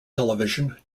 television